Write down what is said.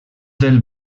del